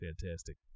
fantastic